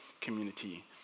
community